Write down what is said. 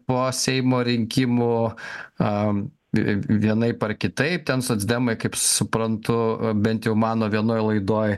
po seimo rinkimų vienaip ar kitaip ten socdemai kaip suprantu bent jau mano vienoj laidoj